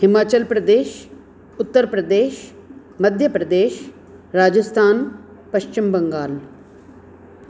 Himachal Pradesh Uttar Pradesh Madhya Pradesh Rajasthan Paschim Bengal